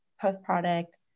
post-product